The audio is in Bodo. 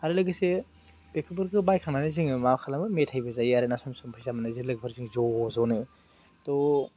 आरो लोगोसे बेफोरखौ बायखांनानै जोङो मा खालामो मेथाइबो जायो आरो ना सम सम फैसा मोननायजों लोगोफोरजों ज' ज'नो थ'